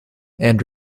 and